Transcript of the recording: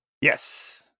Yes